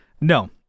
No